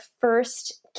first